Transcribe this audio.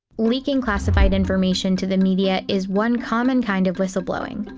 leaking classified information to the media is one common kind of whistleblowing.